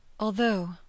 Although—